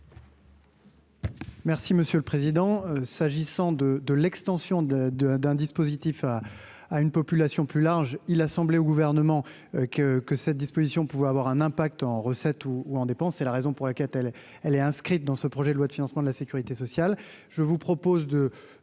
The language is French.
Merci monsieur le président, s'agissant de de l'extension de, de, d'un dispositif à à une population plus large, il a semblé au gouvernement que que cette disposition pouvait avoir un impact en recettes ou en dépenses, c'est la raison pour Alcatel, elle est inscrite dans ce projet de loi de financement de la Sécurité sociale,